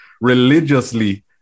religiously